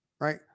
Right